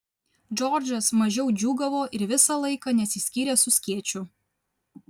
džordžas mažiau džiūgavo ir visą laiką nesiskyrė su skėčiu